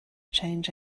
change